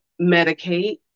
medicate